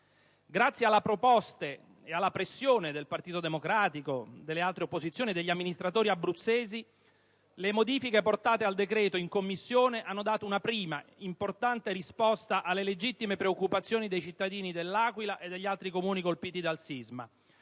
Grazie alle proposte e alla pressione del Partito Democratico, delle altre opposizioni e degli amministratori abruzzesi, le modifiche apportate al decreto in Commissione hanno dato una prima, importante risposta alle legittime preoccupazioni dei cittadini dell'Aquila e degli altri Comuni colpiti dal sisma,